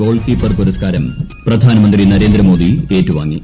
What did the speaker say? goal keeper പുരസ്കാരം പ്രധാനമന്ത്രി നരേന്ദ്രമോദി ഏറ്റുവാങ്ങി